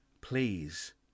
please